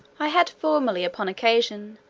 i had formerly, upon occasion,